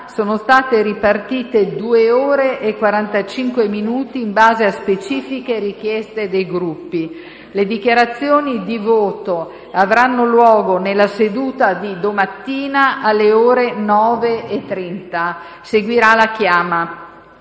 sono state ripartite due ore e quarantacinque minuti in base a specifiche richieste dei Gruppi. Le dichiarazioni di voto avranno luogo nella seduta di domani, alle ore 9,30. Seguirà la chiama.